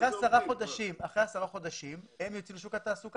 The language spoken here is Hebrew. אחרי 10 חודשים הם יוצאים לשוק התעסוקה.